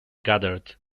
gathered